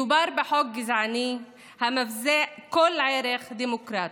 מדובר בחוק גזעני המבזה כל ערך דמוקרטי.